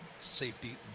Safety